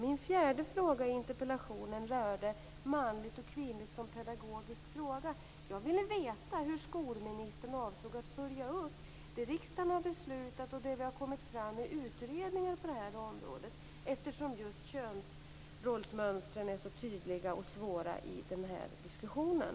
Min fjärde fråga i interpellationen rörde manligt och kvinnligt som pedagogisk fråga. Jag ville veta hur skolministern avsåg att följa upp det som riksdagen har beslutat och det som har kommit fram i utredningar på det här området, eftersom könsrollsmönstren är så tydliga och svåra i den här diskussionen.